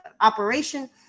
operation